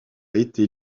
été